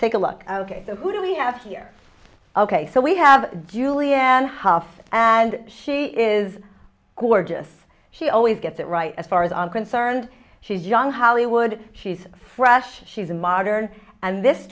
take a look at the who do we have here ok so we have julianne hough and she is gorgeous she always gets it right as far as i'm concerned she's young hollywood she's fresh she's a modern and this